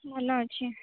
ଭଲ ଅଛି